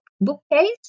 bookcase